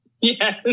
Yes